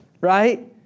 Right